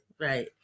Right